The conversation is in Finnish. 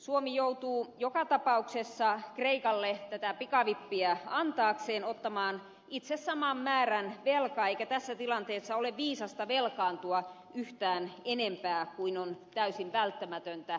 suomi joutuu joka tapauksessa kreikalle tätä pikavippiä antaakseen ottamaan itse saman määrän velkaa eikä tässä tilanteessa ole viisasta velkaantua yhtään enempää kuin on täysin välttämätöntä